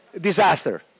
Disaster